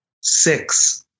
Six